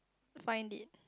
find it